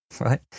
right